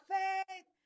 faith